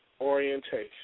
orientation